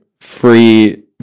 free